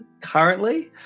currently